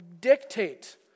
dictate